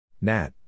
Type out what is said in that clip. Nat